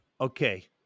Okay